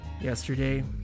Yesterday